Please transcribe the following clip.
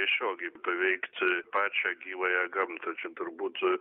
tiesiogiai paveikt pačią gyvąją gamtą čia turbūt